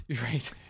Right